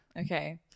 okay